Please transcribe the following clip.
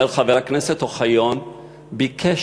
אומר: חבר הכנסת אוחיון ביקש,